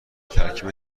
ترکیب